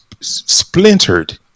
splintered